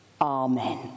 Amen